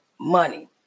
money